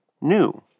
new